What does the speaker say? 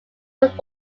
would